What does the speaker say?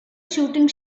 shooting